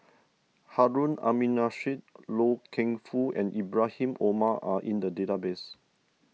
Harun Aminurrashid Loy Keng Foo and Ibrahim Omar are in the database